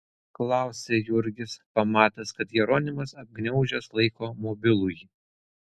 klausia jurgis pamatęs kad jeronimas apgniaužęs laiko mobilųjį